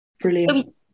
Brilliant